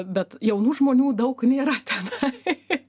bet jaunų žmonių daug nėra tenai